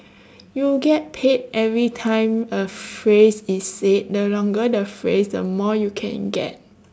you get paid everytime a phrase is said the longer the phrase the more you can get